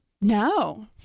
No